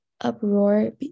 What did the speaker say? uproar